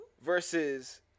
Versus